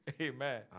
Amen